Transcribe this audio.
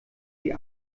die